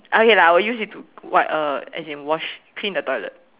okay lah I would use it to wipe uh as in wash clean the toilet